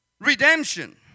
redemption